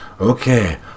okay